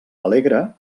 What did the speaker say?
alegre